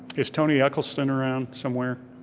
is tony eccleston around somewhere?